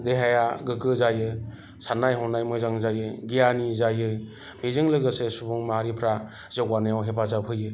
देहाया गोगो जायो साननाय हनाया मोजां जायो गियानि जायो बेजों लोगोसे सुबुं माहारिफ्रा जौगानायाव हेफाजाब होयो